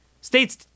states